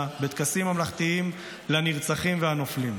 בטקסים ממלכתיים לנרצחים ולנופלים.